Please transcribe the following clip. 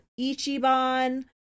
Ichiban